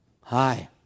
Hi